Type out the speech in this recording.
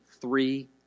three